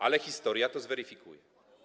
Ale historia to zweryfikuje.